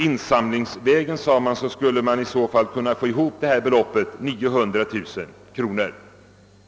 Insamlingsvägen, sades det, skulle man kunna få ihop det erforderliga beloppet, 900 000 kronor.